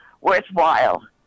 worthwhile